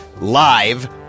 live